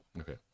Okay